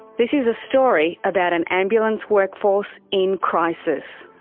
this is a story about an ambulance workforce in crisis.